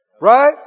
Right